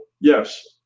yes